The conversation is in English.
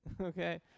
okay